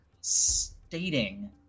stating